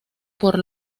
por